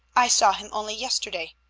i saw him only yesterday.